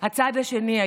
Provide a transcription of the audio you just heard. הצד השני,